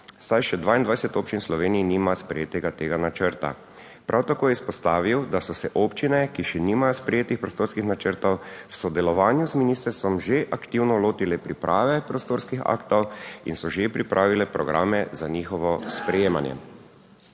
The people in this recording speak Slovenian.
saj še 22 občin v Sloveniji nima sprejetega tega načrta. Prav tako je izpostavil, da so se občine, ki še nimajo sprejetih prostorskih načrtov v sodelovanju z ministrstvom že aktivno lotile priprave prostorskih aktov in so že pripravile programe za njihovo sprejemanje.